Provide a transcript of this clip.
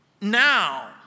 now